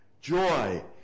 joy